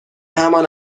همان